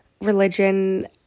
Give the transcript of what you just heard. religion